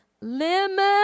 lemon